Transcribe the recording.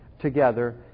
together